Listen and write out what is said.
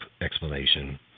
explanation